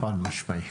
חד משמעית.